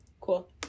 Cool